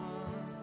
one